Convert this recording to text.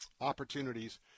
opportunities